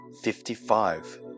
fifty-five